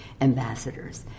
ambassadors